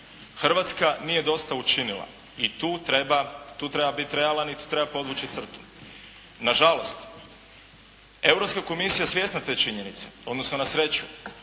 Hrvatska nije dosta učinila i tu treba biti realan i tu treba povući crtu. Nažalost, Europska komisija svjesna te činjenice, odnosno na sreću,